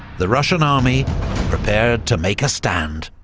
the russian army prepared to make a stand.